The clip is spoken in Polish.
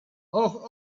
och